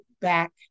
back